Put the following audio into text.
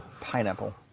Pineapple